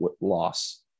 loss